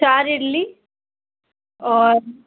चार इडली और